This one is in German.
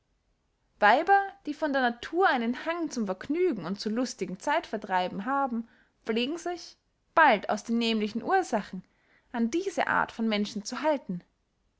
weiber die von der natur einen hang zum vergnügen und zu lustigen zeitvertreiben haben pflegen sich bald aus den nämlichen ursachen an diese art von menschen zu halten